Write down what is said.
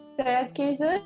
staircases